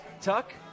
Tuck